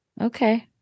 Okay